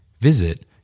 Visit